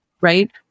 Right